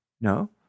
no